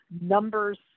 numbers